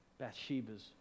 Bathsheba's